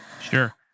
sure